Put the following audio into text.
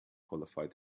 qualified